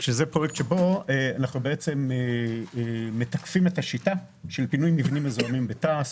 אנחנו מתקפים את השיטה של פינוי מבנים מזוהמים בתע"ש.